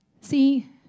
See